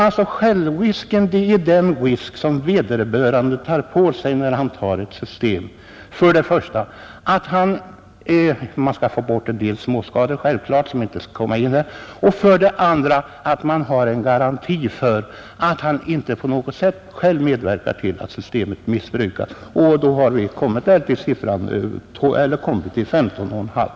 Men självrisken är den risk vederbörande tar på sig, när han accepterar ett försäkringssystem. Här skall man givetvis först och främst ta bort en del småskador. Det behöver jag här inte ingå på. Sedan måste man också ha garantier för att vederbörande själv inte medverkar till att systemet missbrukas. Och då har vi kommit till 15,5 procent.